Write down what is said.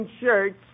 shirts